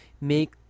make